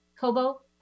Kobo